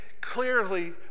clearly